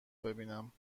ببینم